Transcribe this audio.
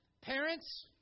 Parents